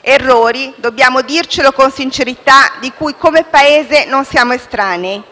errori - dobbiamo dircelo con sincerità - a cui, come Paese, non siamo estranei.